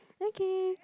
okay